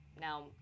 Now